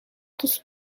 دوست